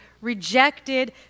rejected